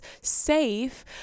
safe